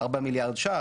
4 מיליארד ₪,